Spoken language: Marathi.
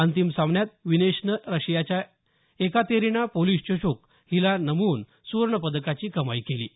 अंतिम सामन्यात विनेशनं रशियाच्या एकातेरिना पोलिशच्क हिला नमवून सुवर्ण पदकाची कमाई केली आहे